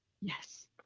Yes